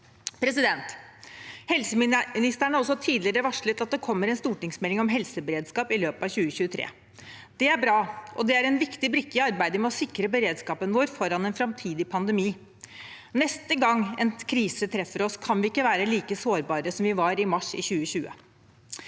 på alvor. Helseministeren har også tidligere varslet at det kommer en stortingsmelding om helseberedskap i løpet av 2023. Det er bra, og det er en viktig brikke i arbeidet med å sikre beredskapen vår foran en framtidig pandemi. Neste gang en krise treffer oss, kan vi ikke være like sårbare som vi var i mars 2020.